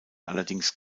allerdings